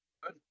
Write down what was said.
good